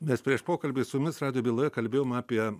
mes prieš pokalbį su jumis radijo byloje kalbėjom apie